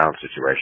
situation